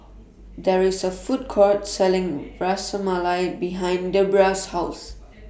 There IS A Food Court Selling Ras Malai behind Debbra's House